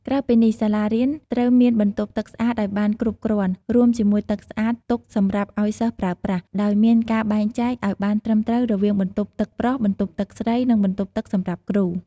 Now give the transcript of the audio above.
ក្រៅពីនេះសាលារៀនត្រូវមានបន្ទប់ទឹកស្អាតឲ្យបានគ្រប់គ្រាន់រួមជាមួយទឹកស្អាតទុកសម្រាប់ឲ្យសិស្សប្រើប្រាស់ ដោយមានការបែងចែកឲ្យបានត្រឹមត្រូវរវាងបន្ទប់ទឹកប្រុស បន្ទប់ទឹកស្រី និងបន្ទប់ទឹកសម្រាប់គ្រូ។